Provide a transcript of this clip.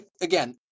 again